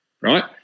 right